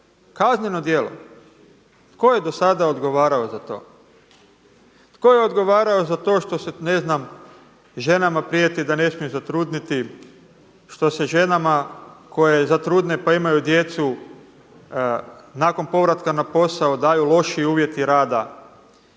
kazneno djelo. Tko je do sada odgovarao za to? Tko je odgovarao za to što se ne znam ženama prijeti da ne smiju zatrudniti, što se ženama koje zatrudne pa imaju djecu nakon povratka na posao daju loši uvjeti rada.